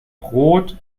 brot